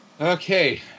Okay